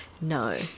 no